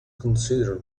consider